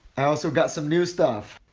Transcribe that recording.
also got some new stuff.